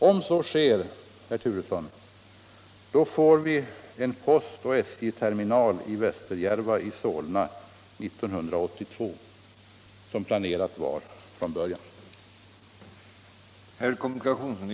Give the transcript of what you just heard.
Om så sker får vi en postoch SJ-terminal i Västerjärva i Solna 1982, som planerat var från början.